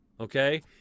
okay